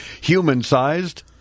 human-sized